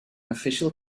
official